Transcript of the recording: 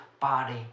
body